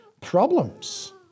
problems